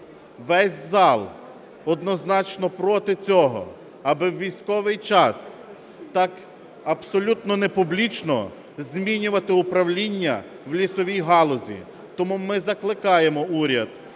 Весь зал однозначно проти цього, аби в військовий час так абсолютно непублічно змінювати управління в лісовій галузі. Тому ми закликаємо уряд,